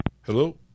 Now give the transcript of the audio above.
Hello